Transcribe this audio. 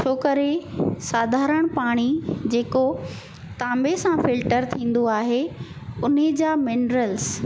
छो करे साधारण पाणी जेको तांबे सां फिल्टर थींदो आहे उन्ही जा मिनरल्स